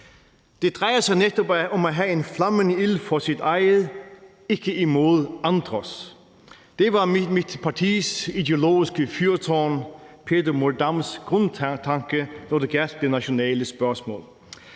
Det drejer sig netop om at have en flammende ild for sit eget, ikke imod andres. Det var mit partis ideologiske fyrtårn, Peter Mohr Dams, grundtanke, når det gjaldt det nationale spørgsmål.